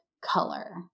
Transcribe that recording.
color